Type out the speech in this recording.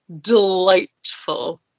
delightful